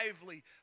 lively